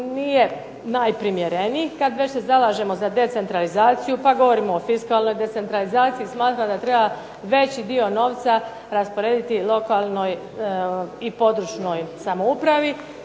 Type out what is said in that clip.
nije najprimjereniji kad već se zalažemo za decentralizaciju pa govorimo o fiskalnoj decentralizaciji. Smatram da treba veći dio novca rasporediti lokalnoj i područnoj samoupravi